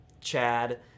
chad